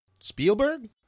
Spielberg